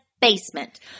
basement